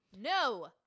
No